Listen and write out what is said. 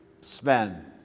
spend